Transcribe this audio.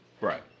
Right